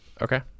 Okay